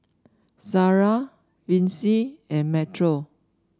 Sarrah Vicy and Metro